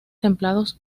templados